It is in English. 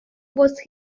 was